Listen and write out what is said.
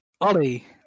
Ollie